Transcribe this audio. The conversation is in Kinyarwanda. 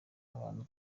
abantu